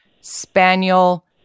spaniel